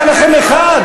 לפעמים,